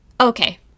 Okay